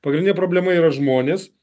pagrindinė problema yra žmonės